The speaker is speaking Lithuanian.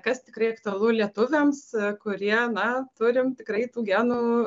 kas tikrai aktualu lietuviams kurie na turim tikrai tų genų